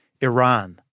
Iran